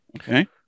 Okay